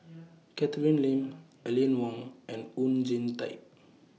Catherine Lim Aline Wong and Oon Jin Teik